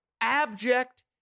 abject